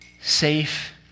safe